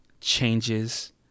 changes